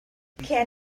can